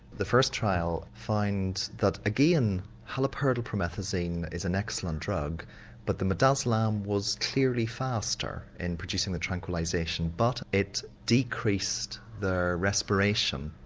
the first trial finds that again haloperidol promethazine is an excellent drug but that midazolam was clearly faster in producing the tranquilisation but it decreased the respiration.